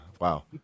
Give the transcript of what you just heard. Wow